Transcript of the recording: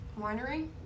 Winery